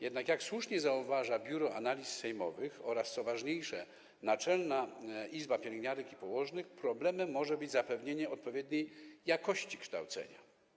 Jednak, jak słusznie zauważa Biuro Analiz Sejmowych oraz, co ważniejsze, Naczelna Izba Pielęgniarek i Położnych, problemem może być zapewnienie odpowiedniej jakości kształcenia.